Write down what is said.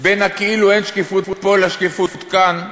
לכאילו-אין-שקיפות פה ולשקיפות כאן,